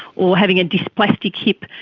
or having a dysplastic hip,